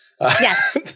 Yes